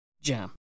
Jam